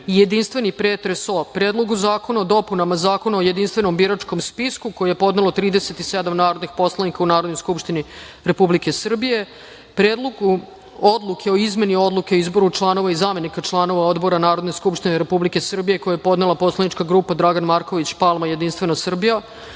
jedinstveni pretres o: Predlogu zakona o dopunama Zakona o jedinstvenom biračkom spisku koji je podnelo 37 narodnih poslanika u Narodnoj skupštini Republike Srbije, Predlogu odluke o izmeni Odluke o izboru članova i zamenika članova odbora Narodne skupštine Republike Srbije koji je podnela poslanička grupa Dragan Marković Palma – Jedinstvena Srbije,